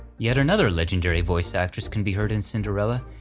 yet another legendary voice actress can be heard in cinderella,